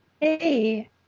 Hey